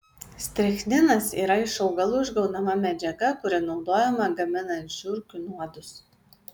strichninas yra iš augalų išgaunama medžiaga kuri naudojama gaminant žiurkių nuodus